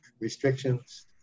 restrictions